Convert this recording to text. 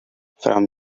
from